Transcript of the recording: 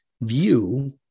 view